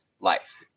life